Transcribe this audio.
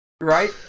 Right